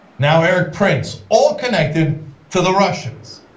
now eric prince, all connected to the russians.